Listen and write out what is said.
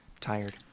Tired